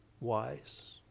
wise